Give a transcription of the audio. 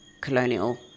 colonial